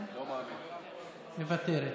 מוותרת.